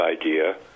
idea